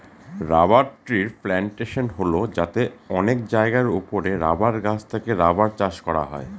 rubber ট্রির plantation হল যাতে অনেক জায়গার ওপরে রাবার গাছ থেকে রাবার চাষ করা হয়